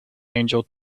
angel